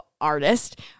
Artist